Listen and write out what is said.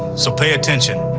so pay attention.